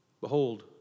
Behold